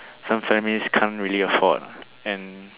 some families can't really afford and